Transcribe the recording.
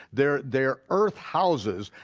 their their earth houses,